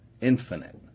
infinite